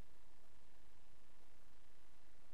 לשום